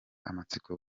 amatsiko